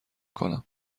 کنم